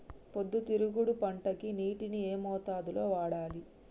పొద్దుతిరుగుడు పంటకి నీటిని ఏ మోతాదు లో వాడాలి?